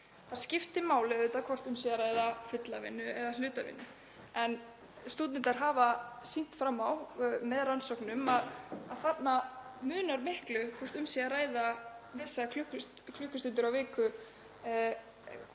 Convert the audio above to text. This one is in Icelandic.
Það skiptir máli hvort um er að ræða fulla vinnu eða hlutavinnu en stúdentar hafa sýnt fram á með rannsóknum að þarna munar miklu hvort um sé að ræða vissar klukkustundir á viku,